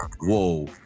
Whoa